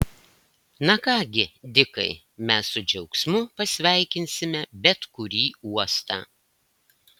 na ką gi dikai mes su džiaugsmu pasveikinsime bet kurį uostą